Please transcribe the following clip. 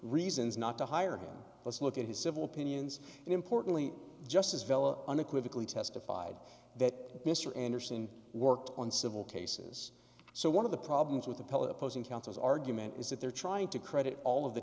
reasons not to hire him let's look at his civil pinions and importantly justice vella unequivocally testified that mr anderson worked on civil cases so one of the problems with appellate opposing counsel is argument is that they're trying to credit all of the